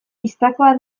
bistakoa